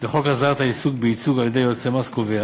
הסדרת העיסוק בייצוג על-ידי יועצי מס קובע